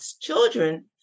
children